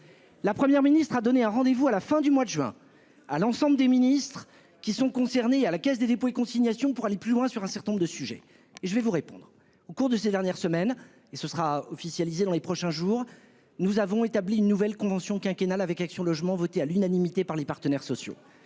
La Première ministre a donné rendez-vous, à la fin du mois de juin, à l'ensemble des ministres concernés et à la Caisse des dépôts et consignations pour aller plus loin sur un certain nombre de sujets. Au cours de ces dernières semaines, et ce sera officialisé dans les prochains jours, nous avons établi une nouvelle convention quinquennale avec Action Logement, votée à l'unanimité par les partenaires sociaux.